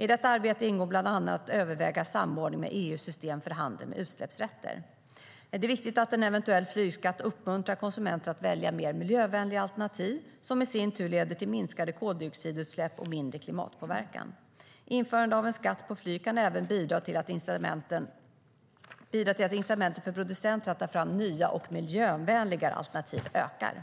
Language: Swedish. I detta arbete ingår bland annat att överväga samordning med EU:s system för handel med utsläppsrätter. Det är viktigt att en eventuell flygskatt uppmuntrar konsumenter att välja mer miljövänliga alternativ som i sin tur leder till minskade koldioxidutsläpp och mindre klimatpåverkan. Införande av en skatt på flyg kan även bidra till att incitamenten för producenterna att ta fram nya miljövänligare alternativ ökar.